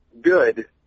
good